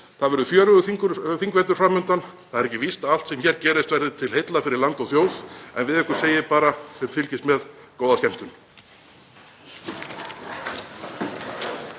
Það er fjörugur þingvetur fram undan. Það er ekki víst að allt sem hér gerist verði til heilla fyrir land og þjóð, en við ykkur segi ég bara: Þið fylgist með. Góða skemmtun.